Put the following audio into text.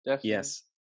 Yes